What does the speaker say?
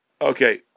Okay